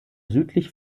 südlich